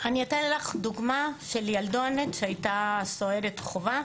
אני אתן לך דוגמה של ילדונת שהייתה סוהרת חובה,